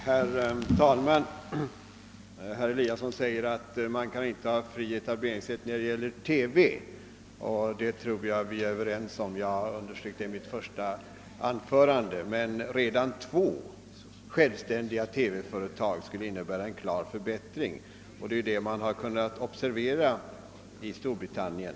Herr talman! Herr Eliasson i Sundborn säger att man inte kan ha fri etableringsrätt i fråga om TV, och det tror jag vi är överens om. Jag har understrukit det i mitt första anförande. Men redan två självständiga TV-företag skulle innebära en klar förbättring. Det har man kunnat konstatera i Storbritannien.